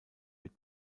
mit